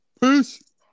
Peace